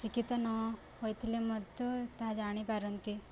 ଶିକ୍ଷିତ ନ ହୋଇଥିଲେ ମଧ୍ୟ ତାହା ଜାଣିପାରନ୍ତି